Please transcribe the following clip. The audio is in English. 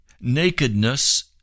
Nakedness